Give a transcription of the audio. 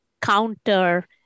counter